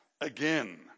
again